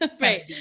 right